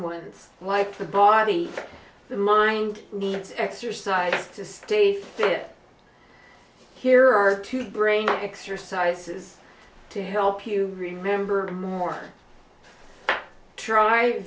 ones like the body the mind needs exercise to stay fit here are two brain exercises to help you remember more try